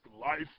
life